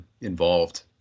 involved